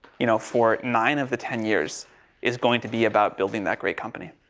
you know, for nine of the ten years is going to be about building that great company.